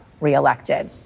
reelected